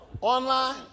Online